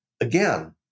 again